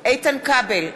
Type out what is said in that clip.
איתן כבל,